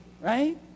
right